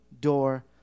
door